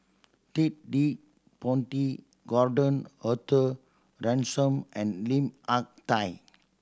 Ted De Ponti Gordon Arthur Ransome and Lim Hak Tai